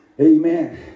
amen